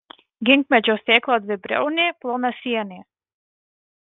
ginkmedžio sėkla dvibriaunė plonasienė